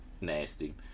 Nasty